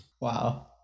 Wow